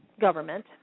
government